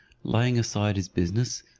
laying aside his business,